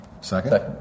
Second